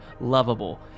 Lovable